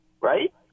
right